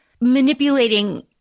manipulating